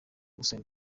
gusaba